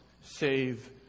save